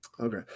Okay